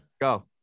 go